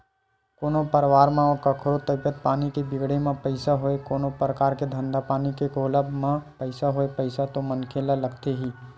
कोनो परवार म कखरो तबीयत पानी के बिगड़े म पइसा होय कोनो परकार के धंधा पानी के खोलब म पइसा होय पइसा तो मनखे ल लगथे ही